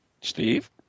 Steve